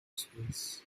space